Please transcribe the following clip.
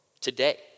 today